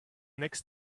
next